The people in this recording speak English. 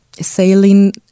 sailing